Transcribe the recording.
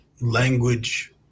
language